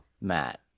Matt